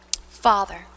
Father